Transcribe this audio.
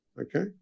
Okay